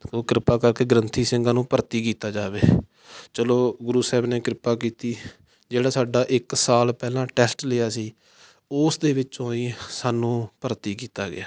ਤੋ ਕਿਰਪਾ ਕਰਕੇ ਗ੍ਰੰਥੀ ਸਿੰਘਾਂ ਨੂੰ ਭਰਤੀ ਕੀਤਾ ਜਾਵੇ ਚਲੋ ਗੁਰੂ ਸਾਹਿਬ ਨੇ ਕਿਰਪਾ ਕੀਤੀ ਜਿਹੜਾ ਸਾਡਾ ਇੱਕ ਸਾਲ ਪਹਿਲਾਂ ਟੈਸਟ ਲਿਆ ਸੀ ਉਸ ਦੇ ਵਿੱਚੋਂ ਹੀ ਸਾਨੂੰ ਭਰਤੀ ਕੀਤਾ ਗਿਆ